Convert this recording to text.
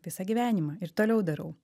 visą gyvenimą ir toliau darau